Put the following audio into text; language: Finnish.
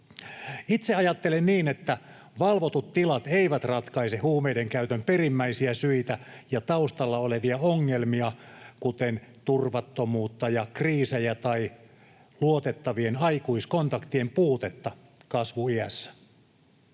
Itse ajattelen niin, että valvotut tilat eivät ratkaise huumeiden käytön perimmäisiä syitä ja taustalla olevia ongelmia, kuten turvattomuutta ja kriisejä tai luotettavien aikuiskontaktien puutetta kasvuiässä.